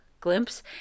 glimpse